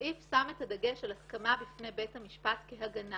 הסעיף שם את הדגש על הסכמה בפני בית המשפט כהגנה.